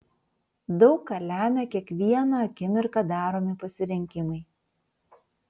daug ką lemią kiekvieną akimirką daromi pasirinkimai